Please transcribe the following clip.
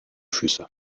füße